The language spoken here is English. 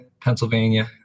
Pennsylvania